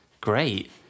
Great